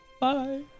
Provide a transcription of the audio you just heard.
Bye